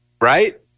right